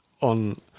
on